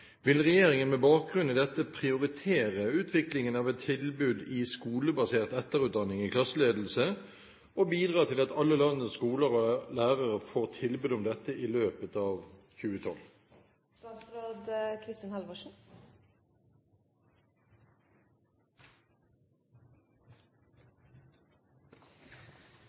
Vil regjeringen med bakgrunn i dette prioritere utviklingen av et tilbud i skolebasert etterutdanning i klasseledelse og bidra til at alle landets skoler og lærere får tilbud om dette i løpet av